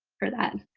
for that.